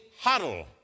huddle